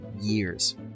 years